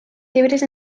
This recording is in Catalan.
fibres